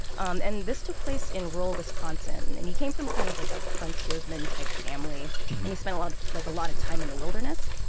um and this took place in rural wisconsin and he came from kind of like a frontiersman type family and he spent a lot like a lot of time in the wilderness.